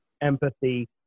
empathy